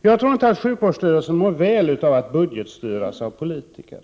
Jag tror inte att sjukvården mår väl av att budgetstyras av politiker.